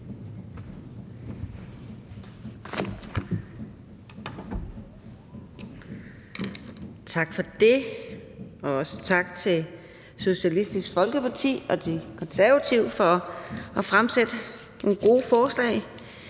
Tak for det, og også tak til Socialistisk Folkeparti og til Konservative for at fremsætte nogle gode forslag